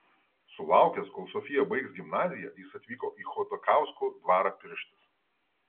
sulaukęs kol sofija baigs gimnaziją jis atvyko į chodakauskų dvarą pirštis